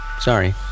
Sorry